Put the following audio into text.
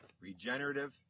regenerative